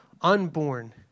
unborn